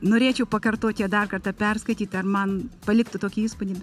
norėčiau pakartot ją dar kartą perskaityt ar man paliktų tokį įspūdį